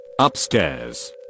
Upstairs